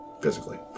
physically